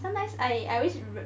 sometimes I I wish